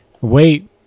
wait